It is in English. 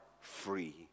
free